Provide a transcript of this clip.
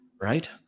right